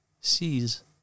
sees